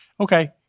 Okay